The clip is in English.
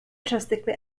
drastically